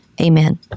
amen